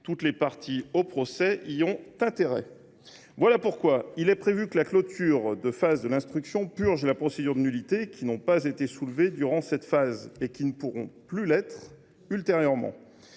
Toutes les parties au procès y ont intérêt. Voilà pourquoi il est prévu que la clôture de la phase de l’instruction purge la procédure des nullités qui n’ont pas été soulevées durant cette phase et qui ne pourront plus l’être ultérieurement.